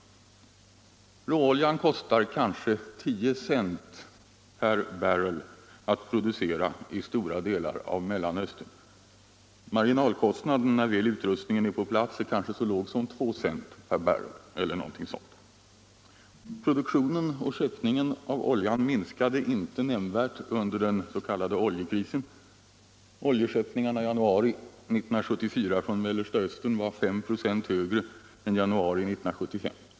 Råoljan kostar kanske 10 cent per barrel att producera i stora delar av Mellanöstern. Marginalkostnaden, när väl utrustningen är på plats, är kanske så låg som 2 cent per barrel. Produktionen och skeppningen av oljan minskade inte nämnvärt under den s.k. oljekrisen. Oljeskeppningarna i januari 1974 från Mellersta Östern var 5 96 högre än i januari 1975.